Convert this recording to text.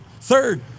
Third